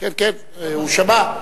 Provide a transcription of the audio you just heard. כן, כן, הוא שמע.